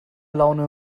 laune